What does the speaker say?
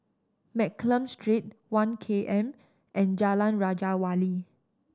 Mccallum Street One K M and Jalan Raja Wali